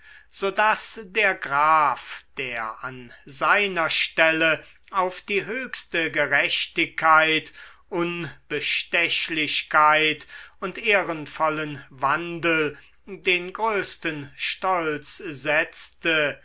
so daß der graf der an seiner stelle auf die höchste gerechtigkeit unbestechlichkeit und ehrenvollen wandel den größten stolz setzte